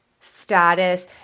status